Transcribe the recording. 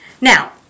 Now